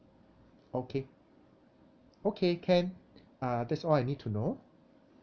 okay okay can uh that's all I need to know